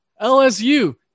LSU